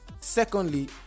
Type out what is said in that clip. secondly